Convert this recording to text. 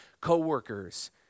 coworkers